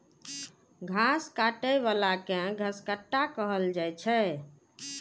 घास काटै बला कें घसकट्टा कहल जाइ छै